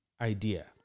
idea